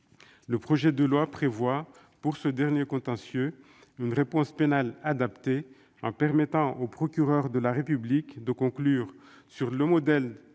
Le projet de loi prévoit, pour ce dernier contentieux, une réponse pénale adaptée, en permettant au procureur de la République de conclure, sur le modèle de